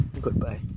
Goodbye